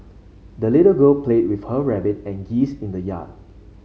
the little girl played with her rabbit and geese in the yard